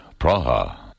Praha